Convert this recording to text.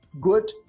good